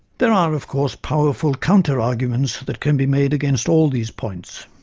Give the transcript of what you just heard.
there are, of course, powerful counter arguments that can be made against all these points.